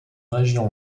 région